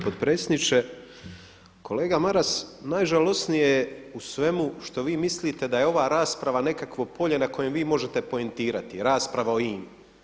Poštovani potpredsjedniče, kolega Maras najžalosnije je u svemu što vi mislite da je ova rasprava nekakvo polje na kojem vi možete poentirati, rasprava o INA-i.